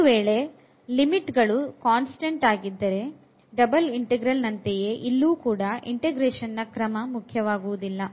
ಒಂದು ವೇಳೆ ಲಿಮಿಟ್ ಗಳು ಸ್ಥಿರಾಂಕವಾಗಿದ್ದರೆ ಡಬಲ್ ಇಂಟೆಗ್ರಲ್ ನಂತೆಯೇ ಇಲ್ಲೂ ಕೂಡ integration ನ ಕ್ರಮ ಮುಖ್ಯವಾಗುವುದಿಲ್ಲ